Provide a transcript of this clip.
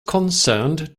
concerned